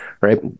right